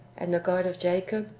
and the god of jacob?